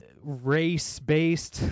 race-based